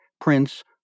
prince